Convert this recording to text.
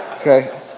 Okay